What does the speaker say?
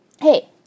hey